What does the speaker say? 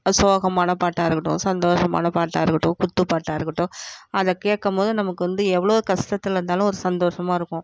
சோகமான பாட்டாக இருக்கட்டும் சந்தோசமான பாட்டாக இருக்கட்டும் குத்து பாட்டாக இருக்கட்டும் அதை கேட்கும் போது நம்மளுக்கு வந்து எவ்வளோ கஷ்டத்துல இருந்தாலும் ஒரு சந்தோஷமா இருக்கும்